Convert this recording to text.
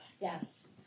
Yes